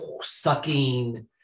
sucking